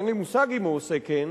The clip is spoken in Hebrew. אין לי מושג אם הוא עושה כן,